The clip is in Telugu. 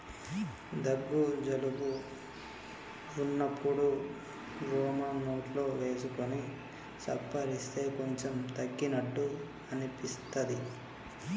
దగ్గు జలుబు వున్నప్పుడు వోమ నోట్లో వేసుకొని సప్పరిస్తే కొంచెం తగ్గినట్టు అనిపిస్తది